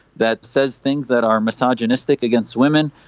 that says things that are misogynistic against women,